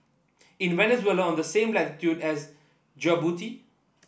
is Venezuela on the same latitude as Djibouti